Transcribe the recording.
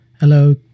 Hello